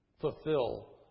fulfill